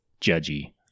judgy